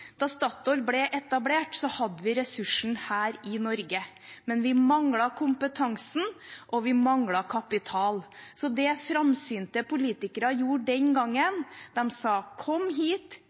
Da Statoil ble etablert, hadde vi ressursen her i Norge. Men vi manglet kompetansen, og vi manglet kapital. Så det framsynte politikere gjorde den gangen, var at de sa: «Kom hit,